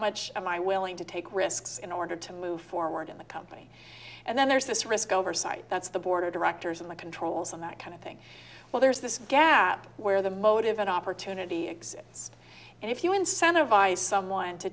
much am i willing to take risks in order to move forward in the company and then there's this risk oversight that's the board of directors and the controls on that kind of thing well there's this gap where the motive and opportunity exists and if you incentivize someone to